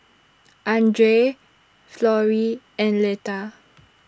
Andrae Florrie and Leta